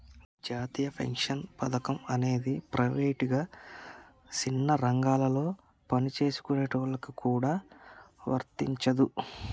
జాతీయ పెన్షన్ పథకం అనేది ప్రైవేటుగా సిన్న రంగాలలో పనిచేసుకునేటోళ్ళకి గూడా వర్తించదు